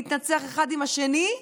להתנצח אחד עם השני,